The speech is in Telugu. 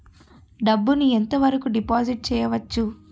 డబ్బు ను ఎంత వరకు డిపాజిట్ చేయవచ్చు?